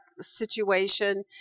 situation